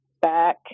back